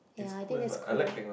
ya I think that's cool